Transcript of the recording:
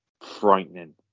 frightening